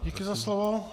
Děkuji za slovo.